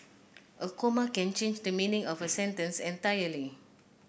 a comma can change the meaning of a sentence entirely